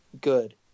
good